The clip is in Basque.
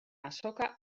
azoka